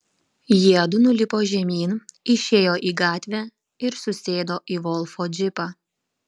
jiedu nulipo žemyn išėjo į gatvę ir susėdo į volfo džipą